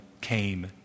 came